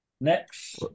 Next